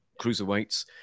cruiserweights